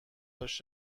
باش